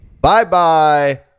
Bye-bye